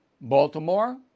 Baltimore